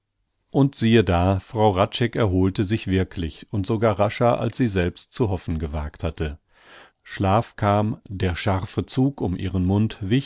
und siehe da frau hradscheck erholte sich wirklich und sogar rascher als sie selbst zu hoffen gewagt hatte schlaf kam der scharfe zug um ihren mund